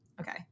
Okay